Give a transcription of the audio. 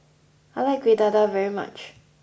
I like kueh dadar very much